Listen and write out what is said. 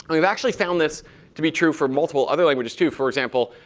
and we've actually found this to be true for multiple other languages too. for example,